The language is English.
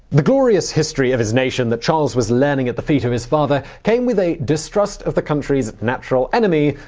the glorious history of his nation that charles was learning at the feet of his father came with a distrust of the country's natural enemy,